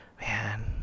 man